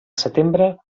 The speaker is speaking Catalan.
setembre